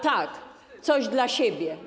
Tak, coś dla siebie.